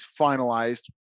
finalized